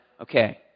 okay